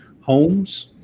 homes